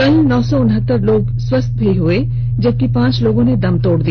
कल नौ सौ उनहत्तर लोग स्वस्थ भी हुए जबकि पांच लोगों ने दम तोड़ दिया